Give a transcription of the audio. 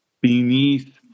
beneath